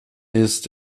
ist